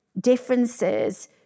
differences